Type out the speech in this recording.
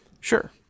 Sure